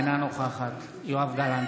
אינה נוכחת יואב גלנט,